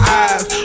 eyes